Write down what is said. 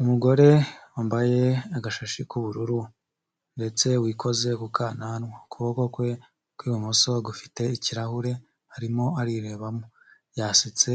Umugore wambaye agashashi k'ubururu ndetse wikoze ku kananwa, ukuboko kwe kw'ibumoso gufite ikirahure arimo arirebamo, yasetse